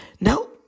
No